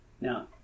Now